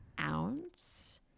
ounce